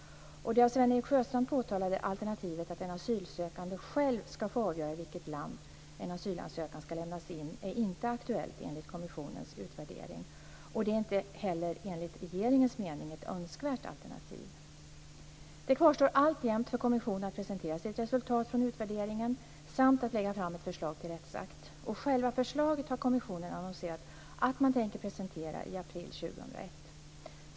Det av Sven-Erik Sjöstrand påtalade alternativet att den asylsökande själv ska få avgöra i vilket land en asylansökan ska lämnas in är inte aktuellt enligt kommissionens utvärdering. Det är inte heller enligt regeringens mening ett önskvärt alternativ. Det kvarstår alltjämt för kommissionen att presentera sitt resultat från utvärderingen samt att lägga fram ett förslag till rättsakt. Kommissionen har annonserat att man tänker presentera själva förslaget i april 2001.